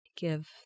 give